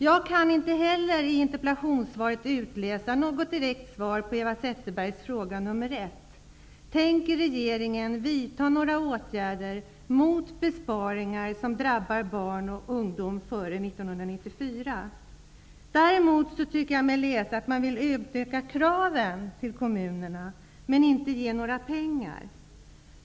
Inte heller jag kan ur interpellationssvaret utläsa något direkt svar på Eva Zetterbergs fråga nr 1: Däremot tycker jag mig se att man vill utöka kraven på kommunerna utan att ge några pengar.